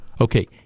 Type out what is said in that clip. Okay